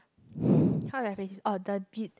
how do I phrase oh the bid